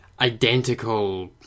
identical